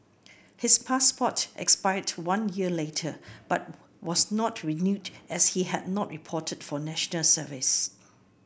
his passport expired one year later but were was not renewed as he had not reported for National Service